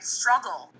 struggle